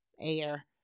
air